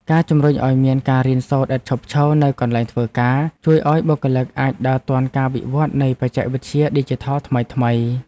ការជំរុញឱ្យមានការរៀនសូត្រឥតឈប់ឈរនៅកន្លែងធ្វើការ ជួយឱ្យបុគ្គលិកអាចដើរទាន់ការវិវត្តនៃបច្ចេកវិទ្យាឌីជីថលថ្មីៗ។